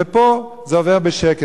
ופה זה עובר בשקט.